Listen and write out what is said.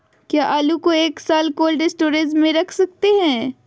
क्या आलू को एक साल कोल्ड स्टोरेज में रख सकते हैं?